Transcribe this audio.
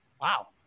Wow